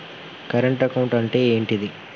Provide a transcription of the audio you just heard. Current account అంటే ఏంటిది?